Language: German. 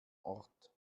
ort